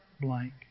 blank